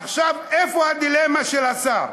עכשיו, איפה הדילמה של השר?